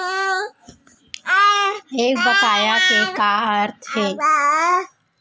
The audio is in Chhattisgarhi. एक बकाया के का अर्थ हे?